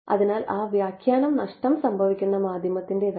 അതിനാൽ ആ വ്യാഖ്യാനം നഷ്ടം സംഭവിക്കുന്ന മാധ്യമത്തിൻറെതല്ല